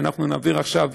שאנחנו נעביר עכשיו,